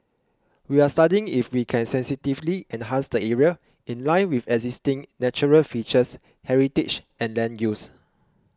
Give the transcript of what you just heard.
we are studying if we can sensitively enhance the area in line with existing natural features heritage and land use